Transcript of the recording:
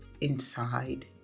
inside